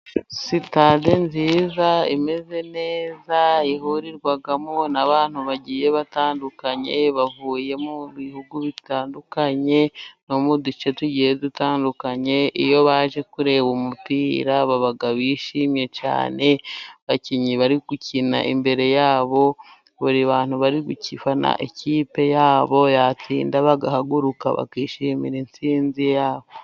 Sitade nziza, imeze neza, ihurirwamo n'abantu bagiye batandukanye bavuye mu bihugu bitandukanye, no mu duce tugiye dutandukanye, iyo baje kureba umupira baba bishimiye cyane, abakinnyi bari gukina imbere yabo, buri bantu bari gufana ikipe yabo, yatsinda bagahaguruka bakishimira intsinzi yabo.